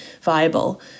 viable